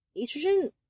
estrogen